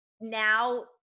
now